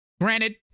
Granted